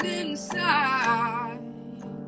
inside